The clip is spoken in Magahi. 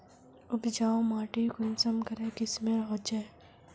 उपजाऊ माटी कुंसम करे किस्मेर होचए?